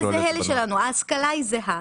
ההשכלה זהה,